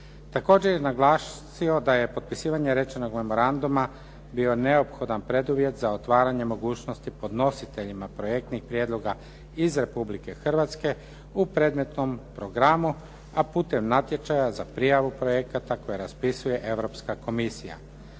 Također je naglasio da je potpisivanje rečenog memoranduma bio neophodan preduvjet za otvaranje mogućnosti podnositeljima projektnih prijedloga iz Republike Hrvatske u predmetnom programu, a putem natječaja za prijavu projekata koje raspisuje Europska komisija.